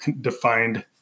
defined